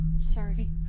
Sorry